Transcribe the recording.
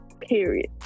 Period